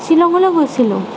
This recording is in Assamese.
শ্বিলঙলৈ গৈছিলোঁ